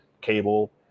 Cable